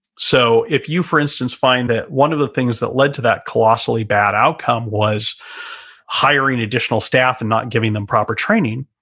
so, if you for instance find that one of the things that led to that colossally bad outcome was hiring an additional staff and not giving them proper training,